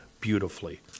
beautifully